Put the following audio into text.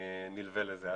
שנלווה לזה.